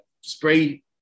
spray